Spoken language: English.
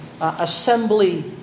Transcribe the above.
Assembly